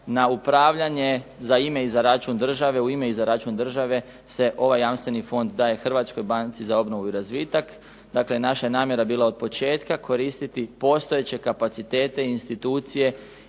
na upravljanje za ime i na račun države u ime i za račun države se ovaj jamstveni fond daje Hrvatskoj banci za obnovu i razvitak. Dakle, naša je namjera bila od početka koristiti postojeće kapacitete institucije